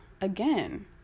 Again